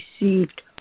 received